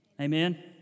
Amen